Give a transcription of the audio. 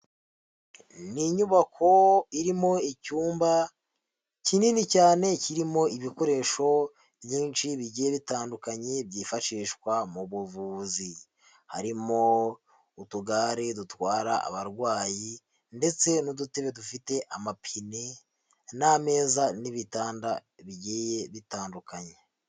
Ni inyubako irimo icyumba kinini cyane kirimo ibikoresho byinshi bigiye bitandukanye byifashishwa mu buvuzi. Harimo utugare dutwara abarwayi ndetse n'udutebe dufite amapine, n'ameza n'ibitanda bigiye bitandukanye.